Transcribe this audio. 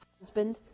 husband